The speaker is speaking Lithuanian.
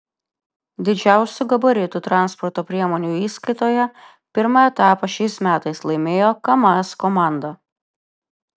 didžiausių gabaritų transporto priemonių įskaitoje pirmą etapą šiais metais laimėjo kamaz komanda